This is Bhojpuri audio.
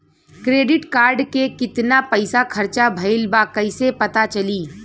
क्रेडिट कार्ड के कितना पइसा खर्चा भईल बा कैसे पता चली?